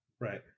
right